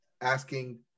asking